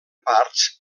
parts